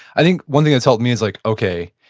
i think one thing that's helped me is like, okay,